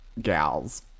gals